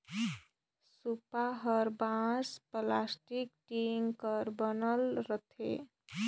सूपा हर बांस, पलास्टिक, टीग कर बनल रहथे